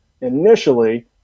initially